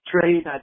trade